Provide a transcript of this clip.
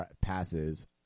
passes